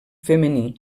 femení